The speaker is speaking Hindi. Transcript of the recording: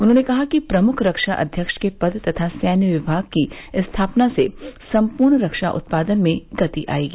उन्होंने कहा है कि प्रमुख रक्षा अध्यक्ष के पद तथा सैन्य विभाग की स्थापना से संपूर्ण रक्षा उत्पादन में गति आएगी